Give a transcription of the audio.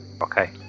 Okay